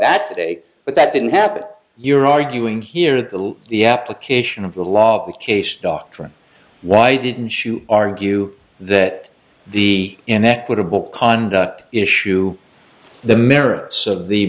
that day but that didn't happen you're arguing here the the application of the law the case doctrine why didn't you argue that the inequitable conduct issue the merits of the